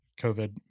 COVID